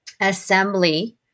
Assembly